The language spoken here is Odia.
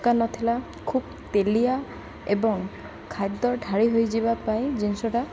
ନଥିଲା ଖୁବ୍ ତେଲିଆ ଏବଂ ଖାଦ୍ୟ ଢାଳି ହୋଇଯିବା ପାଇଁ ଜିନିଷଟା